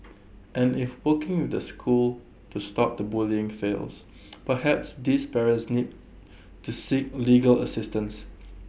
and if working with the school to stop the bullying fails perhaps these parents need to seek legal assistance